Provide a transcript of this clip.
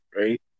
right